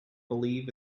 believe